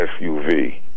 SUV